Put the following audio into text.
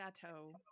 chateau